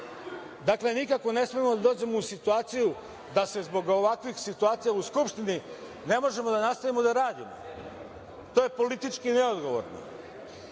kraj. Dakle, nikako ne smemo da dođemo u situaciju da zbog ovakvih situacija u Skupštini ne možemo da nastavimo da radimo. To je politički neodgovorno.